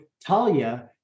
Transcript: Talia